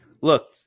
Look